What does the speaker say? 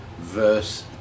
verse